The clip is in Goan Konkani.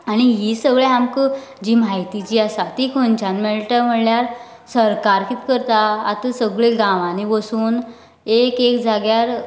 आनी ही सगळीं आमकं म्हायती जी आसा ती खंयच्यान मेळटा म्हणल्यार सरकार कितें करता आसा सगळ्यां गांवांनी वचून एक एक जाग्यार